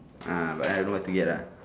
ah but then I don't know where to get uh